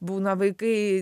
būna vaikai